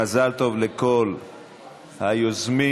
מזל טוב לכל היוזמים.